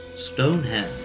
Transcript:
Stonehenge